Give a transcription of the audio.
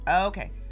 Okay